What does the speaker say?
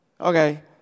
Okay